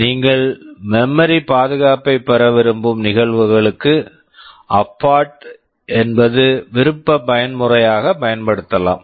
நீங்கள் memory memory பாதுகாப்பை பெற விரும்பும் நிகழ்வுகளுக்கு அபார்ட் abort என்பது விருப்ப பயன்முறையாக பயன்படுத்தலாம்